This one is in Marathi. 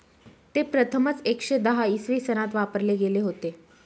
ते प्रथमच एकशे दहा इसवी सनात वापरले गेले होते